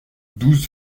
douze